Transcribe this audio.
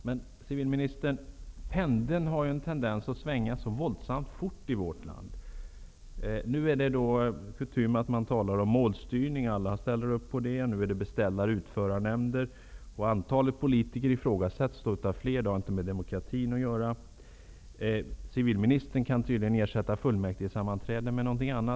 Herr talman! Pendeln har ju en tendens att svänga så våldsamt fort i vårt land, civilministern. Nu är det kutym att tala om målstyrning, beställar och utförarnämnder, och att antalet politiker ifrågasätts av flera har inte med demokrati att göra. Civilministern kan tydligen tänka sig att ersätta fullmäktigesammanträden med någonting annat.